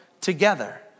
together